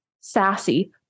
sassy